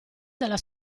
della